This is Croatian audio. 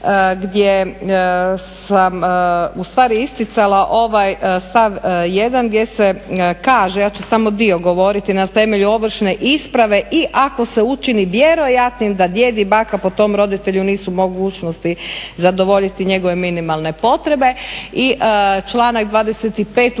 gdje sam ustvari isticala ovaj stav 1. gdje se kaže, ja ću samo dio govoriti, na temelju ovršne isprave i ako se učini … da djed i baka po tom roditelju nisu u mogućnosti zadovoljiti njegove minimalne potrebe i članak 25. u kojem